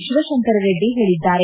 ಶಿವಶಂಕರರೆಡ್ಡಿ ಹೇಳಿದ್ದಾರೆ